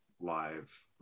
live